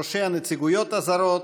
ראשי הנציגויות הזרות,